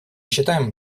считаем